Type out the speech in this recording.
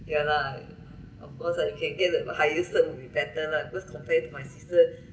ya lah of course lah you can get the highest cert you better lah because compared to my sister